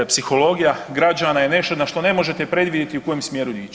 Psihologija građana je nešto na što ne možete predvidjeti u kojem smjeru ići.